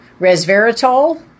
resveratrol